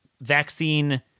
vaccine